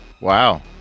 Wow